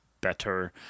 better